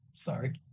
Sorry